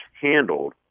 handled